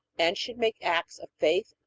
and should make acts of faith,